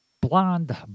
blonde